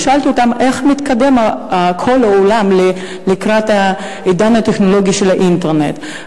ושאלתי אותם איך כל העולם מתקדם לקראת העידן הטכנולוגי של האינטרנט.